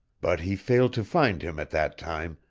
but he failed to find him at that time,